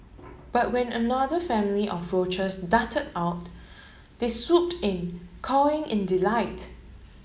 but when another family of roaches darted out they swooped in cawing in delight